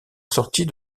sortie